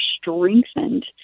strengthened